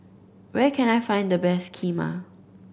where can I find the best Kheema